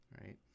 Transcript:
right